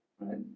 Right